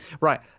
Right